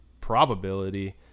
probability